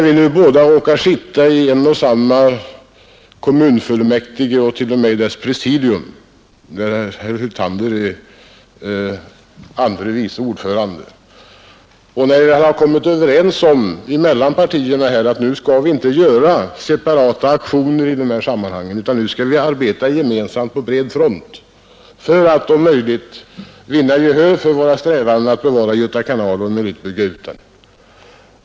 Vi råkar båda sitta i en och samma kommunfullmäktigeförsamling och t.o.m. i dess presidium, där herr Hyltander är andre vice ordförande, och partierna har kommit överens om att inte göra separata aktioner i de här sammanhangen, utan i stället arbeta gemensamt på bred front för att vinna gehör för våra strävanden att behålla Göta kanal och om möjligt bygga ut den.